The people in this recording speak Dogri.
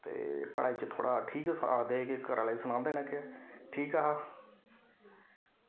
ते पढ़ाई च थोह्ड़ा ठीक आखदे हे के घरै आह्ले सनांदे न के ठीक हा